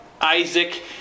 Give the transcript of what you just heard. Isaac